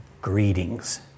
greetings